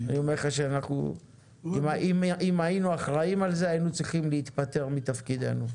אני אומר לך שאם היינו אחראים על זה היינו צריכים להתפטר מתפקידנו.